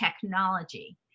technology